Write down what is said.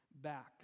back